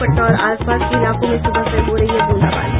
पटना और आस पास के इलाकों में सुबह से हो रही बूंदाबांदी